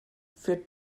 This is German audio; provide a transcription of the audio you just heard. für